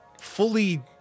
fully